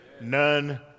none